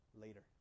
later